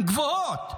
גבוהות.